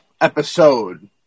episode